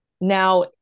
now